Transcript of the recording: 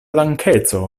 dankeco